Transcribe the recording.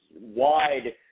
wide